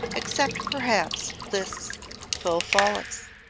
except perhaps liszt's feux follets.